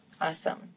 awesome